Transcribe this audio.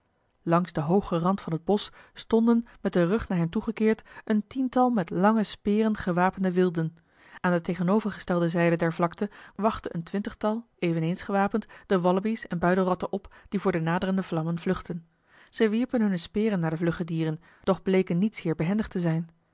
langs den hoogen rand van het bosch stonden met den rug naar hen toegekeerd een tiental met lange speren gewapende wilden aan de tegenovergestelde zijde der vlakte wachtten een twintigtal eveneens gewapend de wallabies en buidelratten op die voor de naderende vlammen vluchtten zij wierpen hunne speren naar de vlugge dieren doch bleken niet zeer behendig te zijn